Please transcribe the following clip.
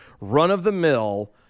run-of-the-mill